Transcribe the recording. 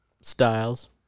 styles